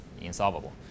insolvable